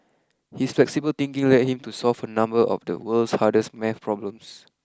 his flexible thinking led him to solve a number of the world's hardest math problems